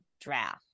draft